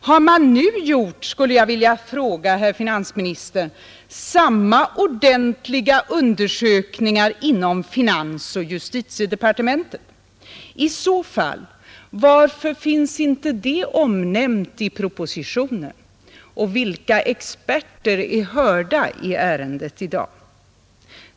Har man nu gjort, skulle jag vilja fråga herr finansministern, samma ordentliga undersökningar inom finansoch justitiedepartementen? I så fall, varför finns inte det omnämnt i propositionen? Och vilka experter är hörda i dagens ärende?